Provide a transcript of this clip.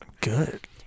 good